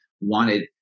wanted